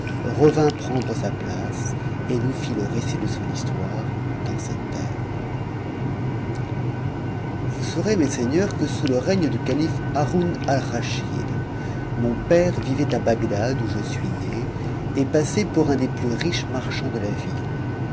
revint prendre sa place et nous fit le récit de son histoire dans ces termes vous saurez mes seigneurs que sous le règne du calife haroun alraschid mon père vivait à bagdad où je suis né et passait pour un des plus riches marchands de la ville